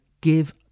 give